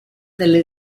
delle